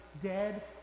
dead